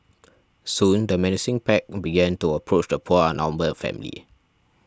soon the menacing pack began to approach the poor outnumbered family